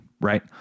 right